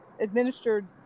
administered